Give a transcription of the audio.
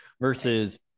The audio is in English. versus